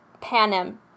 Panem